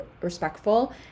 respectful